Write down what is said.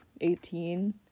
18